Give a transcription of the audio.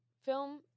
film